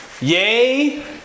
yay